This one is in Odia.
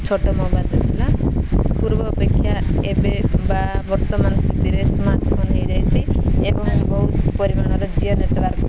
ଛୋଟ ମୋବାଇଲ୍ ଦେଉଥିଲା ପୂର୍ବ ଅପେକ୍ଷା ଏବେ ବା ବର୍ତ୍ତମାନ ସ୍ଥିତିରେ ସ୍ମାର୍ଟଫୋନ୍ ହେଇଯାଇଛି ଏବଂ ବହୁତ ପରିମାଣର ଜିଓ ନେଟୱାର୍କ